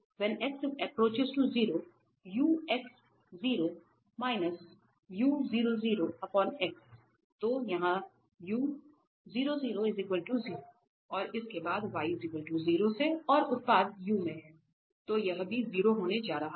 तो यहाँ u 0 0 0 और इस के बाद y 0 से और उत्पाद u में है तो यह भी 0 होने जा रहा है